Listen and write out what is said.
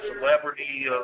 celebrity